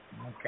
Okay